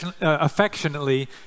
affectionately